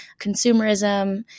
consumerism